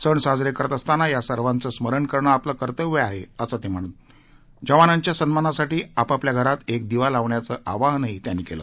सण साजरे करत असताना या सर्वाचं स्मरण करणं आपलं कर्तव्य आहे असं म्हणत जवानांच्या सन्मानासाठी आपापल्या घरात एक दिवा लावण्याचं आवाहनही त्यांनी केलं